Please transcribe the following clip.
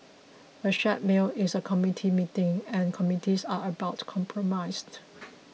a shared meal is a committee meeting and committees are about compromise